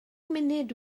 munud